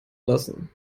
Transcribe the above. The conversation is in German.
lassen